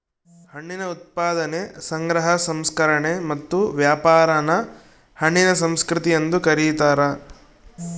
ಹಣ್ಣಿನ ಉತ್ಪಾದನೆ ಸಂಗ್ರಹ ಸಂಸ್ಕರಣೆ ಮತ್ತು ವ್ಯಾಪಾರಾನ ಹಣ್ಣಿನ ಸಂಸ್ಕೃತಿ ಎಂದು ಕರೀತಾರ